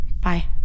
Bye